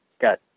got